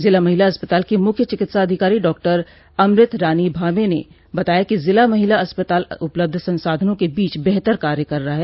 जिला महिला अस्पताल की मुख्य चिकित्सा अधिकारी डॉक्टर अमृत रानी भांबे ने बताया कि जिला महिला अस्पताल उपलब्ध संसाधनों के बीच बेहतर कार्य कर रहा है